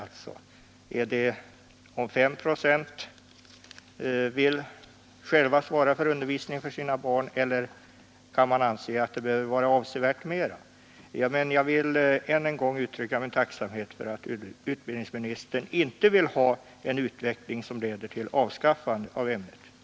Är det om 5 procent vill själva svara för undervisningen av sina barn eller kan man anse att det behöver vara betydligt mera? Jag vill än en gång uttala min tacksamhet för att utbildningsministern inte vill ha en utveckling som leder till avskaffande av ämnet religionskunskap.